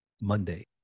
Monday